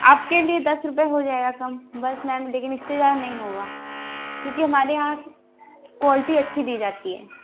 आपके लिए दस रुपये हो जाएगा कम बस मैम लेकिन इससे ज़्यादा नहीं होगा क्यूँकि हमारे यहाँ से क्वाल्टी अच्छी दी जाती है